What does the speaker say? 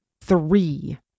three